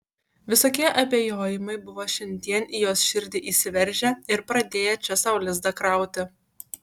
visokie abejojimai buvo šiandien į jos širdį įsiveržę ir pradėję čia sau lizdą krauti